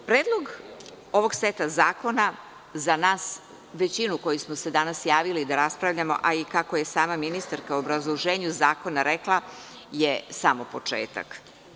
Predlog ovog seta zakona za nas većinu koji smo se danas javili da raspravljamo, a i kako je sama ministarka u obrazloženju zakona rekla, je samo početak.